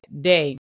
day